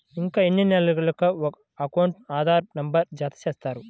ఇంకా ఎన్ని నెలలక నా అకౌంట్కు ఆధార్ నంబర్ను జత చేస్తారు?